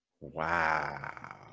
Wow